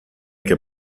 que